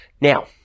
Now